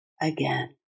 again